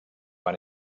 van